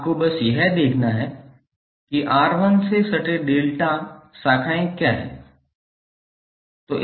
आपको बस यह देखना है कि R1 से सटे डेल्टा शाखाएं क्या हैं